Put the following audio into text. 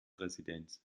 residenz